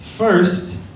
First